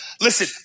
listen